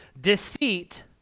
Deceit